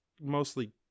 mostly